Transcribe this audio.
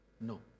No